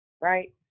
right